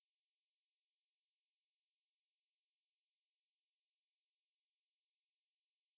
no nothing you know what he did or not he he was like oh okay I read your work and I edited something